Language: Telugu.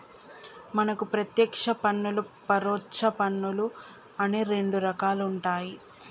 మనకు పత్యేక్ష పన్నులు పరొచ్చ పన్నులు అని రెండు రకాలుంటాయి